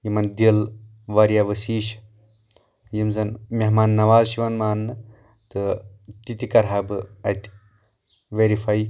یِمن دِل واریاہ ؤسییح چھ یِم زن میہمان نواز چھِ یوان ماننہٕ تہٕ تہِ تہِ کرٕ ہا بہٕ اَتہِ ویرفے